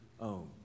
own